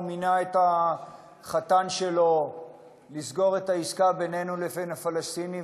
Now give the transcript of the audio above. הוא מינה את החתן שלו לסגור את העסקה בינינו לבין הפלסטינים,